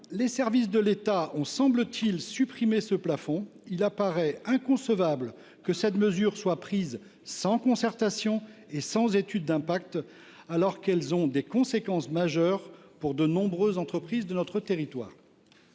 Les services de l’État ont, semble t il, supprimé ce plafond. Il apparaît inconcevable que cette mesure soit prise sans concertation et sans étude d’impact, alors qu’elle a des conséquences majeures pour de nombreuses entreprises dans nos territoires